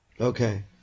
Okay